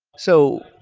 so,